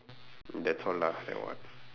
that's all lah I want